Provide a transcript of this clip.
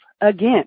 again